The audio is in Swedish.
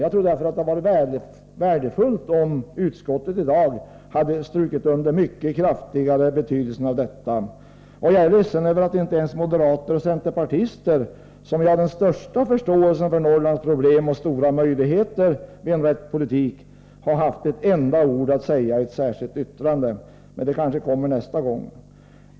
Jag tror att det hade varit värdefullt om utskottet i dag mycket kraftigare understrukit betydelsen av det här. Jag är ledsen över att inte ens moderater och centerpartister — som har den största förståelsen för Norrlands problem och de stora möjligheterna vid en riktig politik — inte har haft ett enda ord att säga i ett särskilt yttrande. Men det kommer kanske nästa gång.